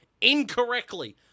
incorrectly